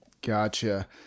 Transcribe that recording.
Gotcha